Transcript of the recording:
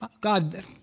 God